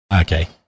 okay